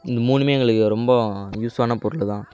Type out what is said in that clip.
இந்த மூணுமே எங்களுக்கு ரொம்ப யூஸான பொருள் தான்